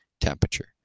temperature